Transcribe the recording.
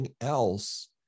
else